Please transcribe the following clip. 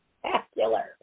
spectacular